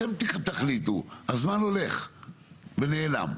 אתם תחליטו הזמן הולך ונעלם,